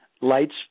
Lights